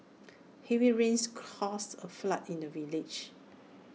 heavy rains caused A flood in the village